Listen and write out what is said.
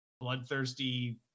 bloodthirsty